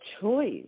choice